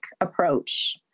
approach